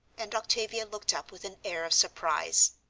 and octavia looked up with an air of surprise.